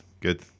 good